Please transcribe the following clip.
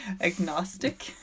agnostic